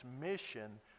mission